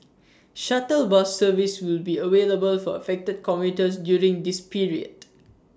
shuttle bus service will be available for affected commuters during this period